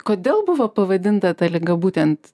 kodėl buvo pavadinta ta liga būtent